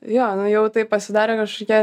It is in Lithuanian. jo nu jau tai pasidarė kažkokia